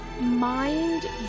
mind